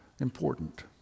important